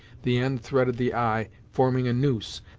the end threaded the eye, forming a noose,